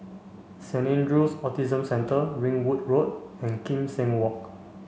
Saint Andrew's Autism Centre Ringwood Road and Kim Seng Walk